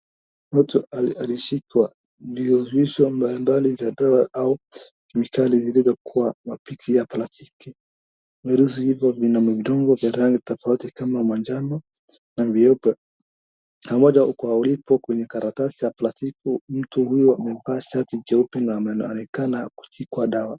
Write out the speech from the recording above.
Mtu alishikwa ndio maonyesho mbalimbali za dawa au kemikali zilizokuwa mapipa ya plastiki. Nusu hivyo vina vidonge vya rangi tofauti kama mwanjano na nyeupe pamoja kwa walipo kwenye karatasi ya plastiki. Mtu huyu amevaa shati jeupe na ameonekana akishikwa dawa.